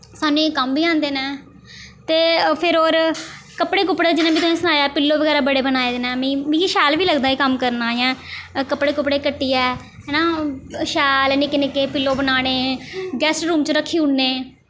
सानूं एह् कम्म बी आंदे न ते फिर होर कपड़े कुपड़े जियां में तुसेंगी सनाया पिल्लो बगैरा बड़े बनाए दे न मिगी मिगी शैल बी लगदा ऐ एह् कम्म करना जां कपड़े कुपड़े कट्टियै है ना शैल निक्के निक्के पिल्लो बनाने गेस्ट रूम च रक्खी ओड़ने